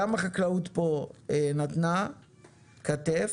גם החקלאות פה נתנה כתף,